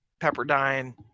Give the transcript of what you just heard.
Pepperdine